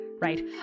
right